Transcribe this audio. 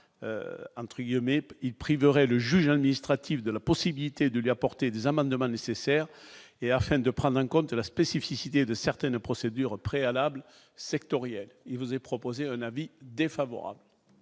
un trio mais il priverait le juge administratif de la possibilité de lui apporter des amendements nécessaires et afin de prendre en compte la spécificité de certaines procédures préalables sectorielles, il vous est proposé un avis défavorable.